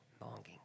longing